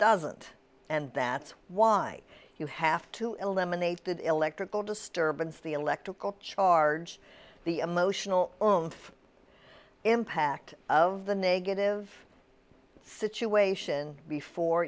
doesn't and that's why you have to eliminated electrical disturbance the electrical charge the emotional impact of the negative situation before